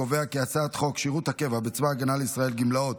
הצעת חוק שירות הקבע בצבא הגנה לישראל (גמלאות)